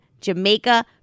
Jamaica